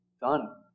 done